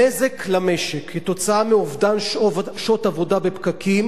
הנזק למשק כתוצאה מאובדן שעות עבודה בפקקים